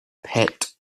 pit